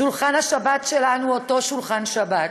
שולחן השבת שלנו אותו שולחן שבת,